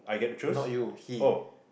not you he